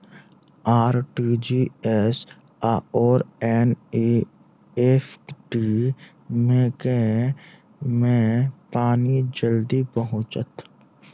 RTGS आओर NEFT मे केँ मे पानि जल्दी पहुँचत